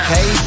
Hey